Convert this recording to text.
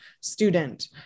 student